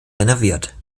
renoviert